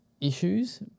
issues